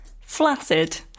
Flaccid